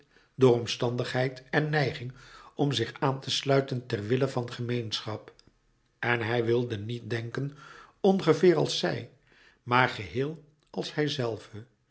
metamorfoze heid en neiging om zich aan te sluiten ter wille van gemeenschap en hij wilde niet denken ongeveer als zij maar geheel als hijzelve